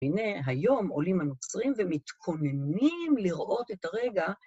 הנה היום עולים הנוצרים ומתכוננים לראות את הרגע.